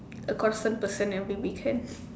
a constant person every weekend